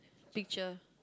picture